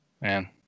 Man